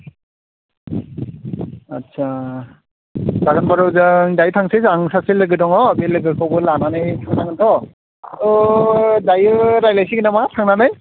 आस्सा जागोन होमब्ला जों दाहाय थांसै जों सासे लोगो दङ बे लोगोखौबो लानानै ज' थांगोन थ' दायो रायज्लायसिगोन नामा थांनानै